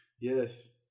Yes